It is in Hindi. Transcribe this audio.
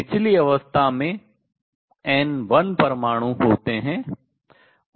निचली अवस्था में N1 परमाणु होते हैं